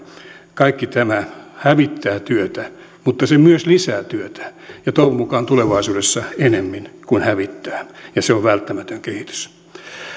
kaikki tämä hävittää työtä mutta myös lisää työtä ja toivon mukaan tulevaisuudessa enemmän kuin hävittää ja se on välttämätön kehitys